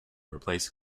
replace